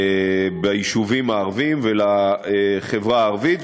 ביישובים הערביים ולחברה הערבית.